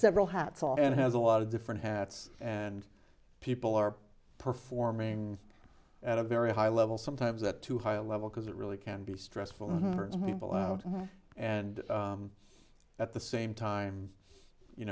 several hats off and has a lot of different hats and people are performing at a very high level sometimes at too high a level because it really can be stressful people out there and at the same time you